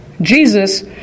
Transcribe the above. Jesus